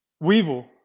Weevil